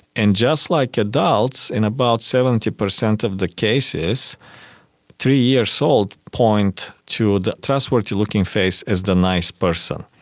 and just like adults, in about seventy percent of the cases three-year-olds point to the trustworthy looking face as the nice person.